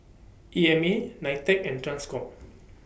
E M A NITEC and TRANSCOM